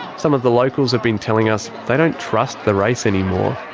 some of the locals have been telling us they don't trust the race any more,